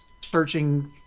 searching